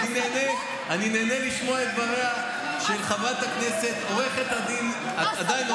אני נהנה לשמוע את דבריה של חברת הכנסת עו"ד טלי גוטליב.